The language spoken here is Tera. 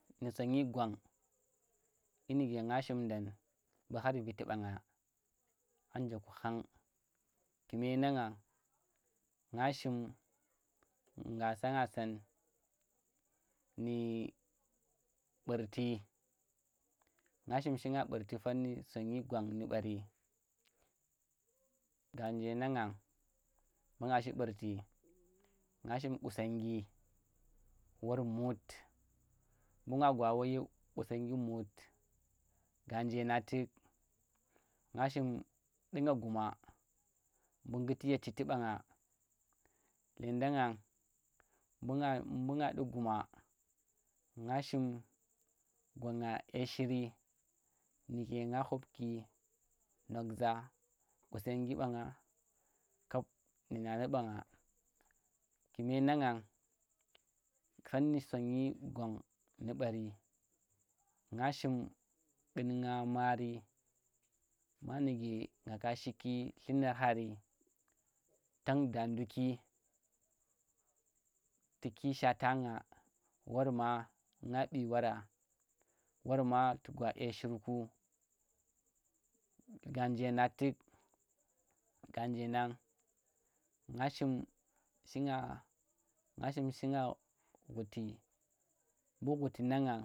Nu sonyi gwan, dyi nuge nga shimdan, mbu khar viti ɓanga, an njeku khang, kume nan ngang nga shim ngga sa nga san nu ɓu̱rti, nga shim shinga ɓurti fan ndu sonyi gwang nu ɓari. Ganje nang ngang, mbu nga shi ɓurti, nga shim ɓusengi war mut, mbu nga wai, qusongi mut, genje nang tu̱k nga shim ɗu̱nga guma mbu ngutti ye citti ɓangan, ledanga mbu nga mbu nga ɗu̱ guma, nga shim gwanga dye shiri nuge nga khubki, nokhzu, qusengi ɓanga, kap nu nana ɓanga ku̱me nang ngang, fam nu sonnyi gwang nu ɓari, nga shim gumnga mari, manuge ngaka shiki tlunor khari, tam da nduki, tu̱ki shata nga, wor ma ngga ɓii wara, worma tu̱ gwa dye shirku, ganje nang tu̱k ganje nang nga shim shinga, nga shim shinga ghuti, mbu ghuti mbu ghuti nang ngan.